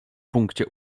punkcie